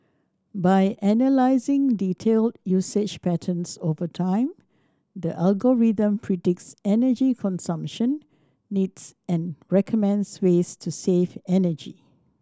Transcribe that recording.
by analysing detailed usage patterns over time the algorithm predicts energy consumption needs and recommends ways to save energy